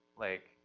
like,